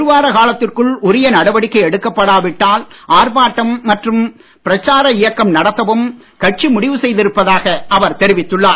ஒரு வார காலத்திற்குள் உரிய நடவடிக்கை எடுக்கப்படா விட்டால் ஆர்ப்பாட்டம் மற்றும் பிரச்சார இயக்கம் நடத்தவும் கட்சி முடிவு செய்திருப்பதாக அவர் தெரிவித்துள்ளார்